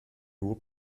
nur